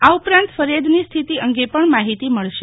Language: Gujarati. આ ઉપરાંત ફરીયાદની સ્થિતિ અંગે પણ માહીતી મળશે